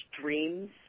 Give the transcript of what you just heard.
dreams